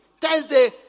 Thursday